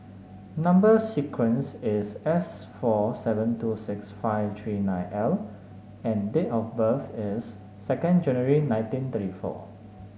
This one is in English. number sequence is S four seven two six five three nine L and date of birth is second January nineteen thirty four